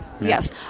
Yes